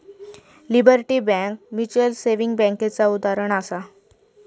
liberty bank mutual saving बैंकेचा उदाहरणं आसा